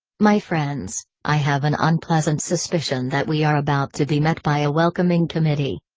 my friends, i have an unpleasant suspicion that we are about to be met by a welcoming committee.